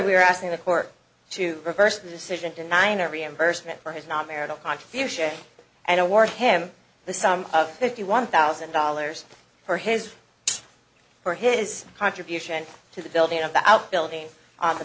we're asking the court to reverse the decision to nine or reimbursement for his non marital contribution and awarded him the sum of fifty one thousand dollars for his for his contribution to the building of the outbuilding on the